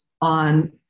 on